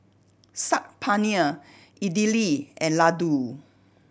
Saag Paneer Idili and Ladoo